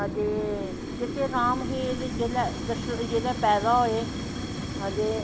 ते जेह्ड़े राम हे ते दशरथ दै जिसलै पैदा होए ते अते